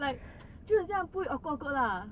like 就很想不会 awkward awkward lah